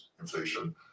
inflation